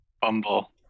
Bumble